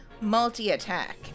multi-attack